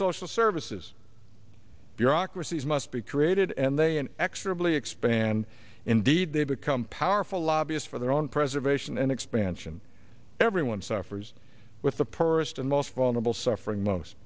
social services bureaucracies must be created and they an extremely expand indeed they become powerful lobbyist for their own preservation and expansion everyone suffers with the poorest and most vulnerable suffering